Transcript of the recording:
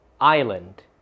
Island